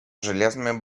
железными